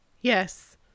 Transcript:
Yes